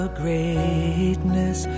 greatness